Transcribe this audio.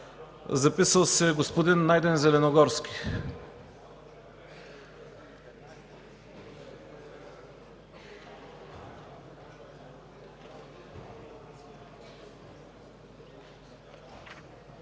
направили господин Найден Зеленогорски,